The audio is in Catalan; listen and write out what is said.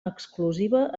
exclusiva